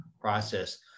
process